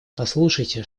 послушайте